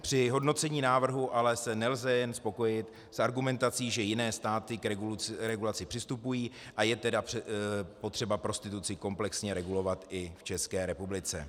Při hodnocení návrhu ale se nelze jen spokojit s argumentací, že jiné státy k regulaci přistupují a je potřeba prostituci komplexně regulovat i v České republice.